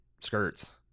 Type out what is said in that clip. skirts